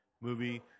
movie